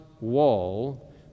wall